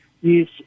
use